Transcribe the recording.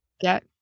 get